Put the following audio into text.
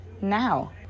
now